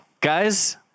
Guys